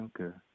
Okay